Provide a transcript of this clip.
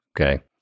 Okay